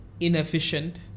inefficient